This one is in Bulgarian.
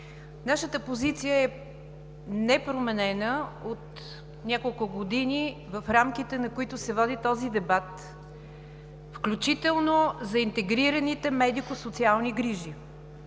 Нашата позиция е непроменена от няколко години, в рамките на които се води този дебат, включително за интегрираните медико-социални грижи